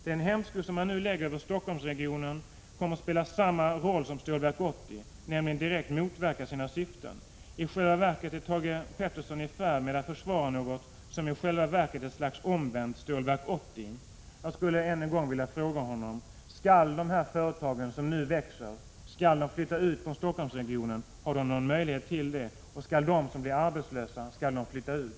Den hämsko man nu lägger för Stockholmsregionen kommer att spela samma roll som Stålverk 80, nämligen att direkt motverka sina syften. Thage Peterson är i färd med att försvara någonting som i själva verket är ett slags omvänt Stålverk 80. Jag skulle än en gång vilja fråga: Skall de företag som nu växer flytta ut från Stockholmsregionen? Har de någon möjlighet till det? Skall de som blir arbetslösa flytta ut?